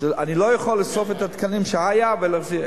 אני לא יכול לאסוף את התקנים שהיו ולהחזיר.